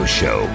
show